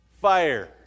fire